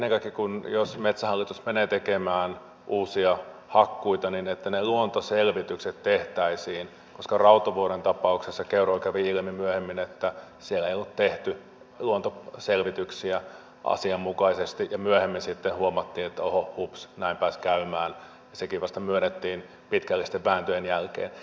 ennen kaikkea jos metsähallitus menee tekemään uusia hakkuita niin tehtäisiin ne luontoselvitykset koska rautovuoren tapauksessa keuruulla kävi ilmi myöhemmin että siellä ei ollut tehty luontoselvityksiä asianmukaisesti ja myöhemmin sitten huomattiin että oho hups näin pääsi käymään ja sekin myönnettiin vasta pitkällisten vääntöjen jälkeen